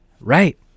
Right